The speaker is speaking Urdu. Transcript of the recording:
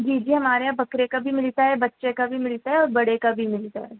جی جی ہمارے یہاں بکرے کا بھی ملتا ہے بچے کا بھی ملتا ہے اور بڑے کا بھی ملتا ہے